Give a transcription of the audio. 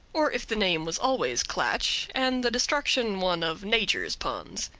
or if the name was always klatch and the destruction one of nature's puns.